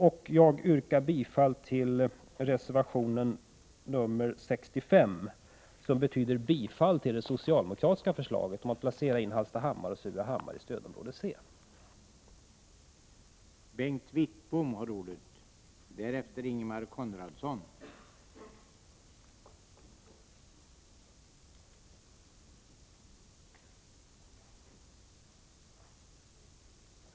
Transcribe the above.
Jag yrkar också bifall till reservationen 65, som betyder bifall till det socialdemokratiska förslaget om att inplacera Hallstahammar och Surahammar i stödområde C.